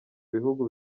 bihugu